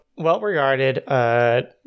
Well-regarded